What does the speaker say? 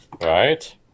right